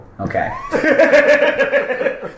Okay